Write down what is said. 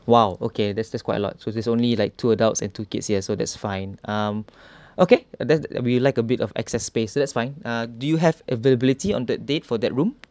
!wow! okay that's that's quite a lot so there's only like two adults and two kids here so that's fine um okay then we like a bit of excess space that's fine ah do you have availability on that date for that room